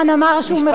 משפט אחרון.